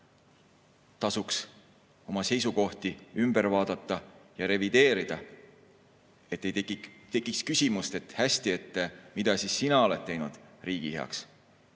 Tasuks oma seisukohti ümber vaadata ja revideerida, et ei tekiks küsimust: "Aga mida sina oled teinud riigi heaks?"